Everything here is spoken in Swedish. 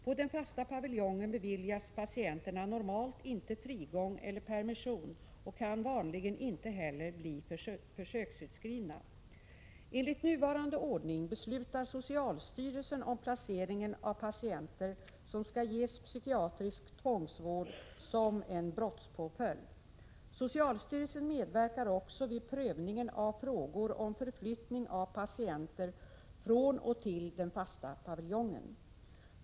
På den fasta paviljongen beviljas patienterna normalt inte frigång eller permission och kan vanligen inte heller bli försöksutskrivna. Enligt nuvarande ordning beslutar socialstyrelsen om placeringen av patienter som skall ges psykiatrisk tvångsvård som en brottspåföljd. Socialstyrelsen medverkar också vid prövningen av frågor om förflyttning av patienter från och till den fasta paviljongen.